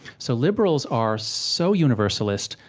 so liberals are so universalist,